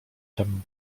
tem